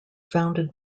founded